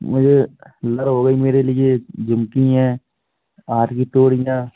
मुझे लड़ी हो गई मेरे लिए झुमकी हैं हाथ की तोड़ीयाँ